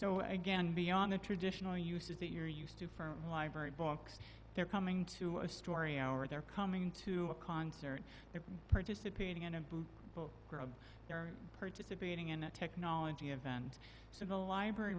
so again beyond the traditional uses that you're used to for library books they're coming to a story hour they're coming to a concert they're participating in a blue book they are participating in a technology event so the library